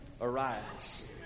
arise